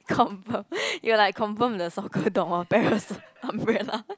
confirm it will like confirm the soccer door parasol umbrella